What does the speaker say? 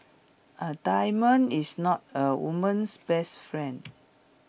A diamond is not A woman's best friend